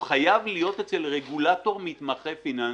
הוא חייב להיות אצל רגולטור מתמחה פיננסי.